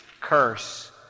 curse